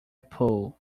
pull